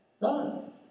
Done